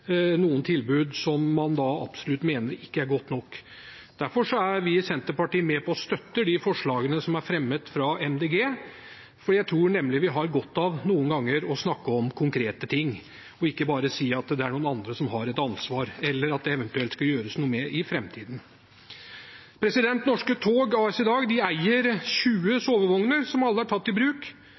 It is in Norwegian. noen tilbud man absolutt mener ikke er gode nok. Derfor er vi i Senterpartiet med på å støtte forslagene som er fremmet av Miljøpartiet De Grønne – jeg tror nemlig vi noen ganger har godt av å snakke om konkrete ting og ikke bare si at det er noen andre som har et ansvar, eller at det eventuelt skal gjøres noe med i framtiden. Norske tog AS eier i dag 20 sovevogner, som alle er tatt i bruk.